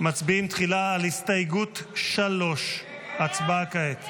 מצביעים תחילה על הסתייגות 3. הצבעה כעת.